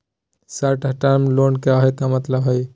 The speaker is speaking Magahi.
शार्ट टर्म लोन के का मतलब हई?